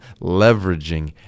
leveraging